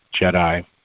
Jedi